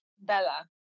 Bella